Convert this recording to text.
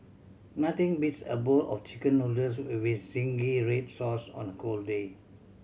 nothing beats a bowl of Chicken Noodles we with zingy red sauce on a cold day